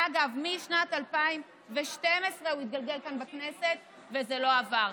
אגב, משנת 2012 הוא התגלגל כאן בכנסת וזה לא עבר.